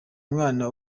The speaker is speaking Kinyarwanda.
umwana